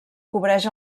cobreix